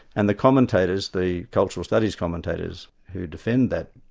and the commentators, the cultural studies commentators who defend that,